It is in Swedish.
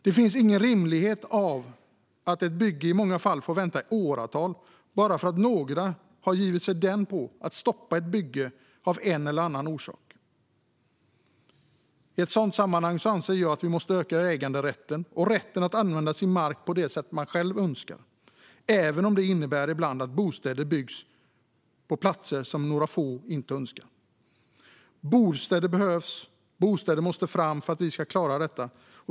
Det finns ingen rimlighet i att ett bygge i många fall får vänta i åratal bara för att några har givit sig den på att stoppa det av en eller annan orsak. I detta sammanhang anser jag att vi måste öka äganderätten och rätten att använda sin mark på det sätt man själv önskar, även om det ibland innebär att bostäder byggs på platser som några få inte önskar. Bostäder behövs och bostäder måste fram för att vi ska klara detta.